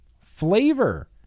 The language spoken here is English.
flavor